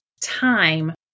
time